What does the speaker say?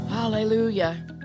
Hallelujah